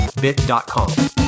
bit.com